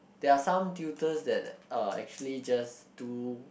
there are some tutors that uh actually just do